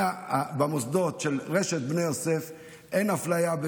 במוסדות של רשת בני יוסף אין אפליה,